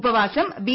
ഉപവാസം ബി